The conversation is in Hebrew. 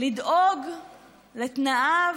לדאוג לתנאיו,